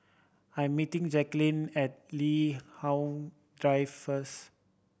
I'm meeting Jaqueline at Li Hong Drive first